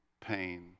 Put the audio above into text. pain